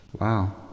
Wow